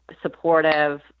supportive